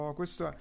questo